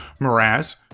Mraz